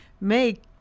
make